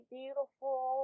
beautiful